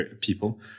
people